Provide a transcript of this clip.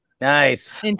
Nice